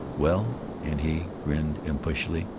well, and he grinned impishly,